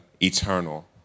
eternal